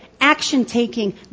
action-taking